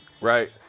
Right